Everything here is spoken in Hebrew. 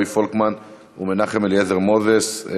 רועי פולקמן ומנחם אליעזר מוזס.